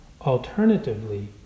alternatively